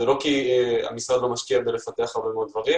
זה לא כי המשרד לא משקיע בלפתח הרבה דברים,